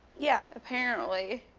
yeah. apparently,